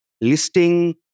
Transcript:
listing